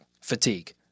fatigue